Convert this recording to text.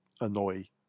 annoy